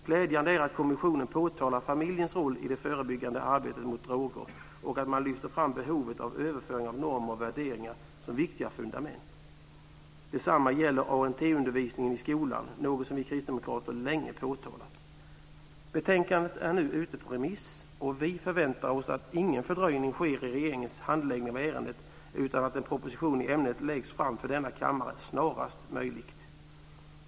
Glädjande är att kommissionen påtalar familjens roll i det förebyggande arbetet mot droger och att man lyfter fram behovet av överföring av normer och värderingar som viktiga fundament. Detsamma gäller ANT-undervisningen i skolan, något som vi kristdemokrater länge påtalat. Betänkandet är nu ute på remiss, och vi förväntar oss att ingen fördröjning sker i regeringens handläggning av ärendet, utan att en proposition i ämnet läggs fram för denna kammare snarast möjligt.